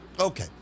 Okay